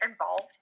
Involved